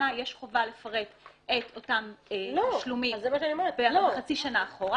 חובה לפרט את אותם תשלומים חצי שנה אחורה.